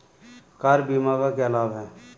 Car बीमा का क्या लाभ है?